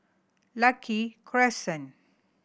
Lucky Crescent